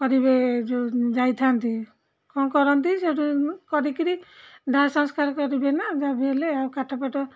କରିବେ ଯେଉଁ ଯାଇଥାନ୍ତି କ'ଣ କରନ୍ତି ସେଠୁ କରିକିରି ଦାହ ସଂସ୍କାର କରିବେ ନା ଯାହା ବି ହେଲେ ଆଉ କାଠଫାଟ